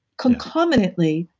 concommenently,